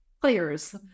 players